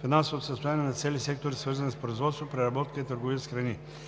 финансовото състояние на цели сектори, свързани с производството, преработката и търговията с храни.